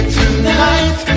tonight